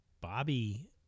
Bobby